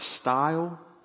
style